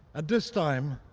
at this time,